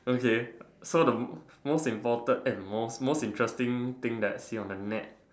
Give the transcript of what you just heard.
okay so the most important eh most the most interesting thing I see on the net